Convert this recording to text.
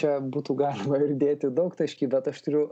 čia būtų galima ir dėti daugtaškį bet aš turiu